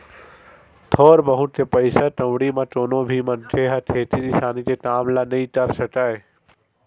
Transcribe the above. थोर बहुत के पइसा कउड़ी म कोनो भी मनखे ह खेती किसानी के काम ल नइ कर सकय